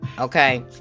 okay